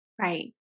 Right